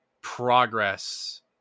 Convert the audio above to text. progress